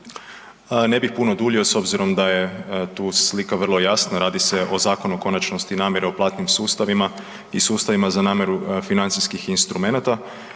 Ne bih puno duljio s obzirom da je tu slika vrlo jasna, radi se o zakonu o konačnosti namjera u platnim sustavima i sustavima za namiru financijskih instrumenata.